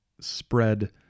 spread